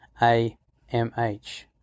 AMH